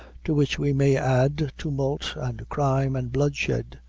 to which we may add, tumult, and crime, and bloodshed.